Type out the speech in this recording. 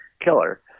killer